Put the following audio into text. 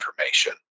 information